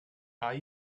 are